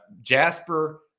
Jasper